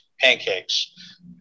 pancakes